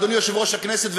אדוני יושב-ראש הכנסת,